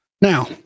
now